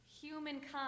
humankind